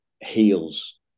heals